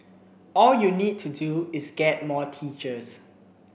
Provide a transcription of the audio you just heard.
all you need to do is get more teachers